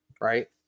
right